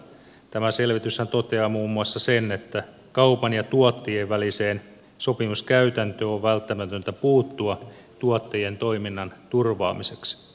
tämä selvityshän toteaa muun muassa sen että kaupan ja tuottajien väliseen sopimuskäytäntöön on välttämätöntä puuttua tuottajien toiminnan turvaamiseksi